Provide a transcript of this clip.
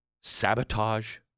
sabotage